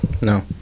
no